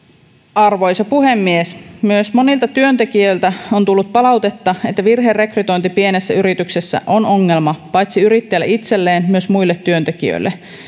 arvoisa puhemies myös monilta työntekijöiltä on tullut palautetta että virherekrytointi pienessä yrityksessä on ongelma paitsi yrittäjälle itselleen myös muille työntekijöille